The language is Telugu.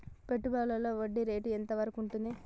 పెట్టుబడులలో వడ్డీ రేటు ఎంత వరకు ఉంటది?